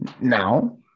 Now